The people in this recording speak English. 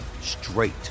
straight